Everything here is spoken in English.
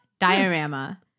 diorama